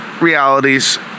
realities